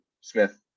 Smith